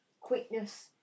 quickness